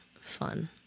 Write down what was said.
fun